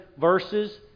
verses